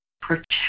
protect